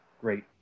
great